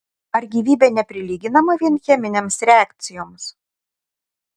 ar gyvybė neprilyginama vien cheminėms reakcijoms